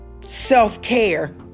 self-care